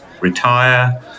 retire